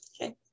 okay